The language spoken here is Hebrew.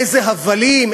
איזה הבלים,